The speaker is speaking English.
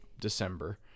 december